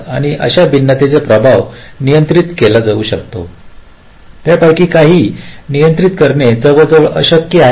आणि अशा भिन्नतेचे प्रभाव नियंत्रित करणे खूप अवघड आहे त्यापैकी काही नियंत्रित करणे जवळजवळ अशक्य आहे